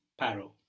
paro